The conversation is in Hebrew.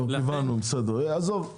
עזוב.